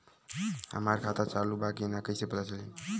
हमार खाता चालू बा कि ना कैसे पता चली?